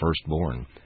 firstborn